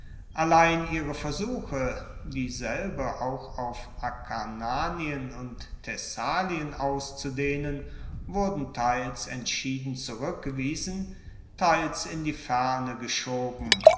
allein ihre versuche dieselbe auch auf akarnanien und thessalien auszudehnen wurden teils entschieden zurueckgewiesen teils in die ferne geschoben